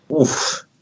Oof